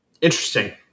Interesting